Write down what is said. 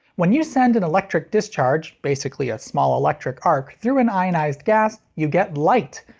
when you send an electric discharge basically a small electric arc through an ionized gas, you get light!